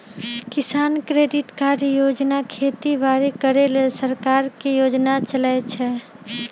किसान credit card योजना खेती बाड़ी करे लेल सरकार के योजना चलै छै